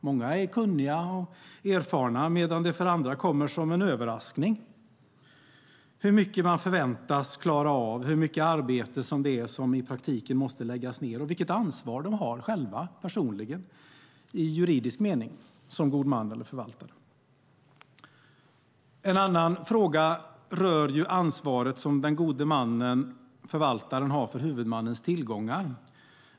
Många är kunniga och erfarna medan det för andra kommer som en överraskning hur mycket man förväntas klara av, hur mycket arbete som i praktiken måste läggas ned och vilket ansvar man har själv, personligen, i juridisk mening som god man eller förvaltare. En annan fråga rör det ansvar som den gode mannen och förvaltaren har för huvudmannens tillgångar.